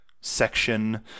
section